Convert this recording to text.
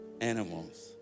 animals